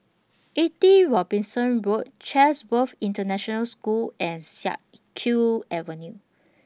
eighty Robinson Road Chatsworth International School and Siak Kew Avenue